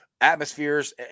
atmospheres